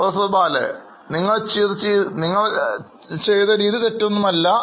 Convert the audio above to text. professor Bala നിങ്ങൾ ചെയ്ത രീതി തെറ്റൊന്നുമല്ല